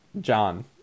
John